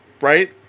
right